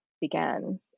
began